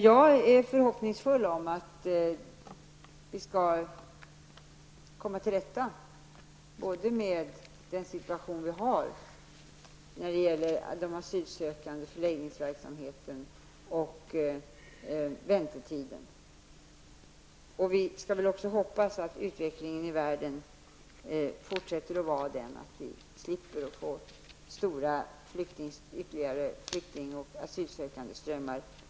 Jag är förhoppningsfull om att vi skall kunna komma till rätta med dagens situation både vad gäller de asylsökande, förläggningsverksamheten och väntetiderna. Vi skall väl också hoppas att utvecklingen i världen fortsätter att vara sådant att vi slipper få ytterligare stora flykting och asylströmmar.